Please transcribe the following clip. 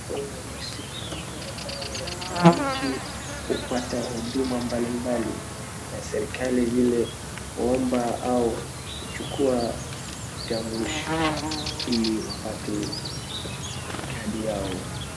Huu ni suhemu ambayo wananchi hupata huduma mbali mbali na serikali vile kuomba au kuchukua kitambulisho ili wapate kadi yao.